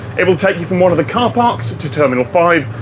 it'll take you from one of the car parks to terminal five,